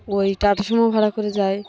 ওই টাটা সুমো ভাড়া করে যায়